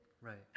Right